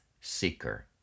seeker